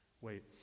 Wait